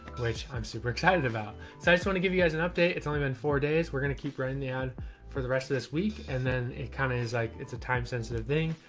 which i'm super excited about. so i just want to give you guys an update. it's only been four days. we're going to keep running the ad for the rest of this week. and then it kind of is like, it's a time sensitive thing.